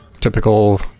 typical